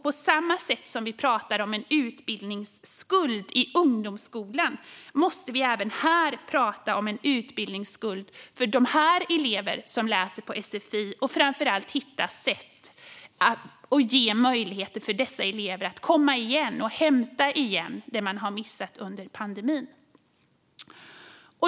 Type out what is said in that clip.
På samma sätt som vi pratar om en utbildningsskuld i ungdomsskolan måste vi prata om en utbildningsskuld även för de elever som läser på sfi och framför allt hitta sätt och ge möjligheter för dessa elever att komma igen och hämta igen det de har missat under pandemin.